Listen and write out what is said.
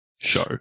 show